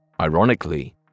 Ironically